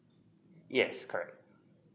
yes correct